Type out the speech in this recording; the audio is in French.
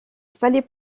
fallait